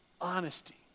Honesty